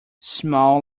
small